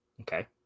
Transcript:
Okay